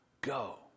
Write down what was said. Go